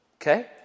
Okay